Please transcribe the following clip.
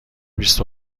بیست